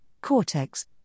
cortex